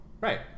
right